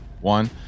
one